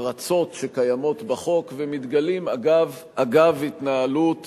ופרצות שקיימות בחוק, ומתגלים אגב התנהלות